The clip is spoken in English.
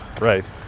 Right